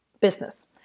business